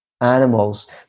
animals